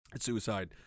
Suicide